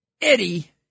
Eddie